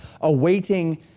awaiting